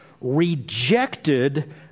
rejected